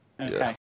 okay